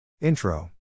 Intro